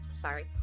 sorry